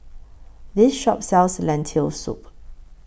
This Shop sells Lentil Soup